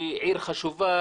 היא עיר חשובה,